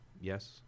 Yes